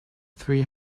three